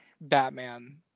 Batman